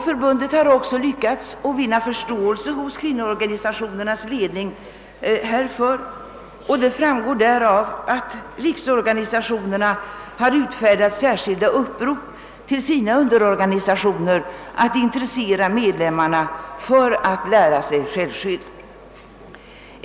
Förbundet har också lyckats vinna förståelse härför hos kvinnoorganisationernas ledning, vilket framgår av att riksorganisationerna utfärdat särskilda upprop till sina underorganisationer att intressera medlemmarna för att lära sig självskydd.